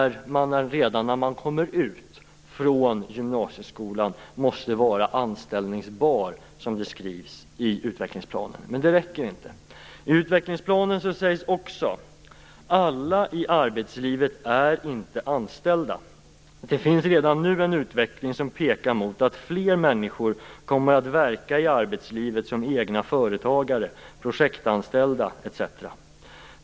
Redan när man kommer ut från gymnasieskolan måste man vara anställningsbar, som det skrivs i utvecklingsplanen. Men det räcker inte. I utvecklingsplanen står det också: Alla i arbetslivet är inte anställda. Det finns redan nu en utveckling som pekar mot att fler människor kommer att verka i arbetslivet som egna företagare, projektanställda etc.